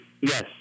yes